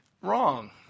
wrong